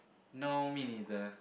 no mean the